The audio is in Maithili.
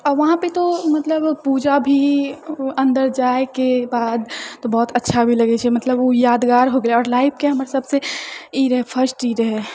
अ वहाँपर तो मतलब पूजा भी अन्दर जाइके बाद तऽ बहुत अच्छा भी लगै छै मतलब उ यादगार हो गेलै ओर लाइफके हमर सबसँ ई रहै फर्स्ट ई रहै